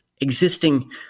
existing